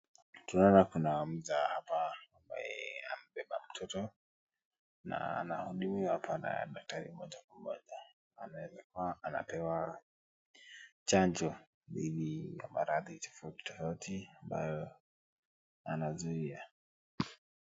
Tunaona kuna mja hapa ambaye amebeba mtoto, na anajua dhahiri moja kwa moja, anaweza kuwa anapewa chanjo dhidi ya maradhi tofauti tofauti ambayo anazuia.